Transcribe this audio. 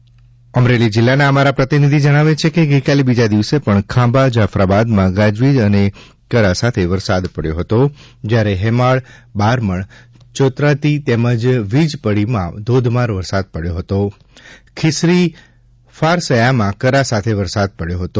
અમારા અમરેલીના પ્રતિનિધિ જણાવે છે કે ગઇકાલે બીજા દિવસે પણ ખાંભા જાફરાબાદમાં ગાજવીજ અને કરા સાથે વરસાદ પડ્યો હતો જયારે હેમાળ બારમણ ચોત્રરા તેમજ વીજપડી મા ધોધમાર વરસાદ પડ્યો હતો ખીસરી ફાસરયામાં કરા સાથ વરસાદ પડ્યો હતો